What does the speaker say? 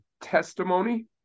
testimony